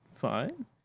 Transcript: fine